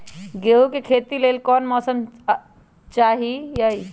गेंहू के खेती के लेल कोन मौसम चाही अई?